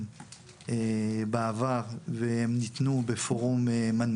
הוא יעבור עליו.